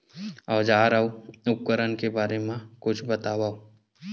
औजार अउ उपकरण के बारे मा कुछु बतावव?